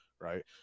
right